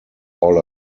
all